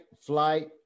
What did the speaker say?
flight